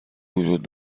وجود